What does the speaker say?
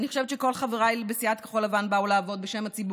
אני חושבת שכל חבריי בסיעת כחול לבן באו לעבוד בשם הציבור.